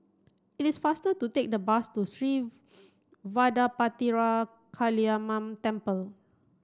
it is faster to take the bus to Sri Vadapathira Kaliamman Temple